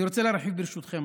אני רוצה להרחיב, ברשותכם.